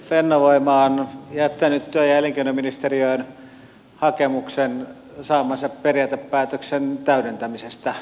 fennovoima on jättänyt työ ja elinkeinoministeriöön hakemuksen saamansa periaatepäätöksen täydentämisestä